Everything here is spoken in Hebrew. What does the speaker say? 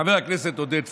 חבר הכנסת עודד פורר,